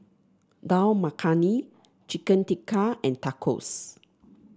Dal Makhani Chicken Tikka and Tacos